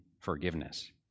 forgiveness